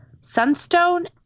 Sunstone